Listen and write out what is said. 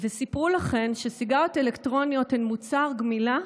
וסיפרו לכם שסיגריות אלקטרוניות הן מוצר גמילה,